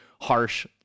harsh